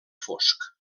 fosc